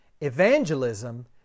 Evangelism